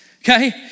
okay